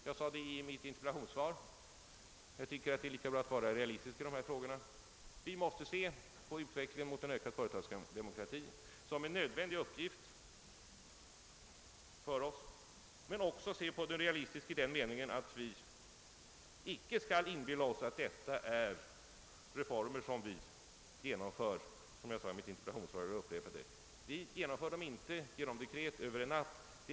Jag sade i mitt interpellationssvar att vi måste se på utvecklingen mot en ökad företagsdemokrati som något nödvändigt och önskvärt mål för vårt arbete, men att vi också måste se realistiskt på saken i den meningen att vi inte skall inbilla oss att reformer på området kan genom dekret förverkligas över en natt. Jag har framhållit det i mitt interpellationssvar, och jag upprepar det nu.